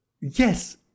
Yes